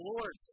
Lord